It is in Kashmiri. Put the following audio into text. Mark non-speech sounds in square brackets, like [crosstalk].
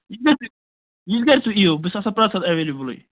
[unintelligible] یٔژ بَجہٕ تُہۍ یِیو بہٕ چھُس آسان پرٮ۪تھ ساتہٕ ایٚولِبلٕے